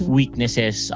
weaknesses